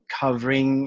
covering